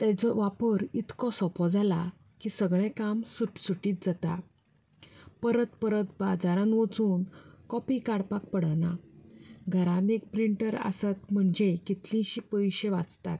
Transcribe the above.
ताचो वापर इतलो सोंपो जाला की सगळें काम सुटसुटीत जाता परत परत बाजारांत वचून कॉपी काडपाक पडना घरांत एक प्रिंटर आसप म्हणजे कितलेशेच पयशे वांचतात